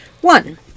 One